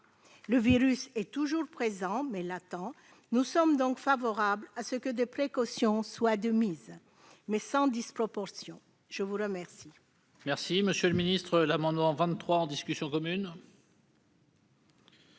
Le virus est toujours présent, mais il est latent. Nous sommes donc favorables à ce que des précautions soient de mise, mais sans disproportion. L'amendement